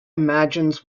imagines